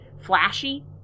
flashy